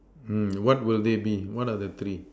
mm what will they be what are the three